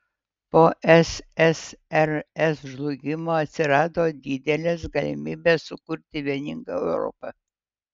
po ssrs žlugimo atsirado didelės galimybės sukurti vieningą europą